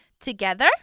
Together